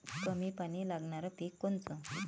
कमी पानी लागनारं पिक कोनचं?